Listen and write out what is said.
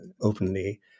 openly